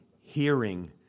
hearing